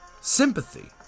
sympathy